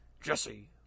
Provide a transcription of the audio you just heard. Jesse